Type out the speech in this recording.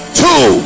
two